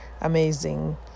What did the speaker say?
amazing